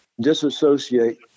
disassociate